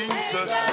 Jesus